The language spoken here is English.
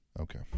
Okay